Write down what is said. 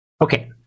okay